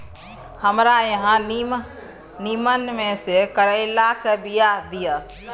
हमरा अहाँ नीमन में से करैलाक बीया दिय?